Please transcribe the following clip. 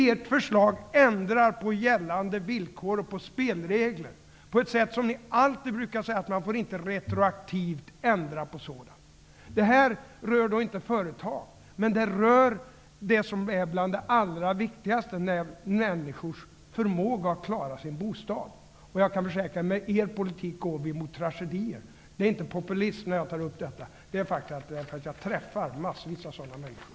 Ert förslag ändrar på gällande villkor och spelregler, fastän ni alltid har sagt att man inte retroaktivt får ändra på dessa. Det rör inte företag, men det rör det som är bland det allra viktigaste, nämligen människors förmåga att klara sin bostad. Jag kan försäkra att vi med er politik går mot tragedier. Det är inte populism, när jag tar upp detta. Det gör jag därför att jag har träffat massvis av berörda människor.